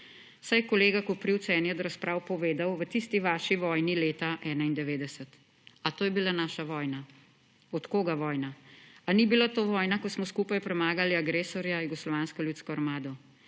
Saj je kolega Koprivc v eni od razprav povedal, »v tisti vaši vojni leta 1991«. A to je bila naša vojna? Od koga vojna? Ali ni bila to vojna, ko smo skupaj premagali agresorja Jugoslovansko ljudsko armado?